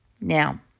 Now